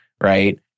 right